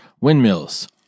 Windmills